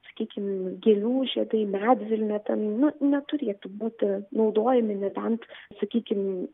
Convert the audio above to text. sakykim gėlių žiedai medvilnė ten na neturėtų būti naudojami nebent sakykim